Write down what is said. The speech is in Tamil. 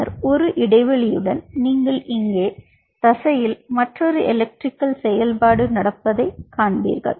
பின்னர் ஒரு இடைவெளியுடன் நீங்கள் இங்கே தசையில் மற்றொரு எலக்ட்ரிகல் செயல்பாடு நடப்பதைக் காண்பீர்கள்